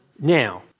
Now